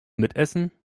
mitessen